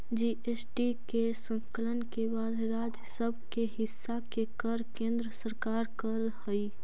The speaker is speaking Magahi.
जी.एस.टी के संकलन के बाद राज्य सब के हिस्सा के कर केन्द्र सरकार कर हई